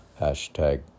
Hashtag